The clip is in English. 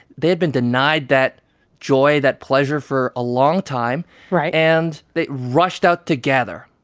they had been denied that joy, that pleasure for a long time right and they rushed out together.